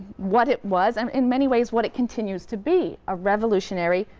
what it was, um in many ways what it continues to be a revolutionary,